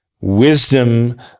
wisdom